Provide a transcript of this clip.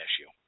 issue